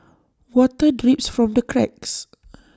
water drips from the cracks